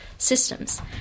systems